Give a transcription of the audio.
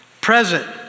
present